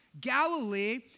Galilee